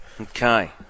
Okay